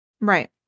right